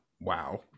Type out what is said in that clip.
wow